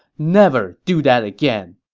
never do that again!